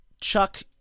Chuck